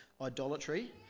idolatry